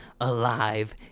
alive